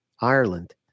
Ireland